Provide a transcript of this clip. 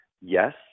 Yes